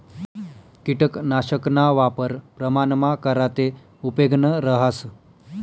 किटकनाशकना वापर प्रमाणमा करा ते उपेगनं रहास